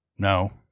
No